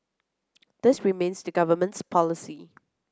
this remains the Government's policy